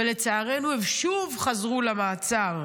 ולצערנו הם שוב חזרו למעצר.